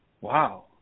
Wow